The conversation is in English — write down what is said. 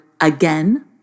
again